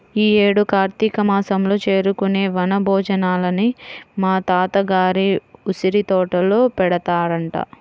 యీ యేడు కార్తీక మాసంలో చేసుకునే వన భోజనాలని మా తాత గారి ఉసిరితోటలో పెడతారంట